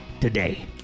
today